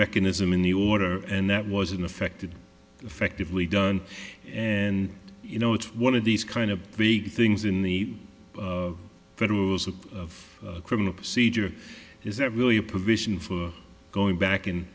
mechanism in the order and that wasn't affected effectively done and you know it's one of these kind of big things in the federal rules of criminal procedure is there really a provision for going back and